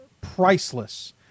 priceless